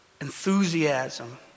enthusiasm